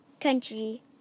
country